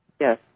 yes